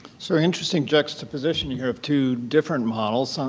so interesting juxtaposition here of two different models. ah